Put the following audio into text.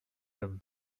comme